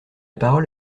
parole